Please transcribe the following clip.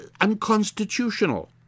unconstitutional